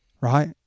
right